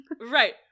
Right